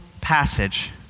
passage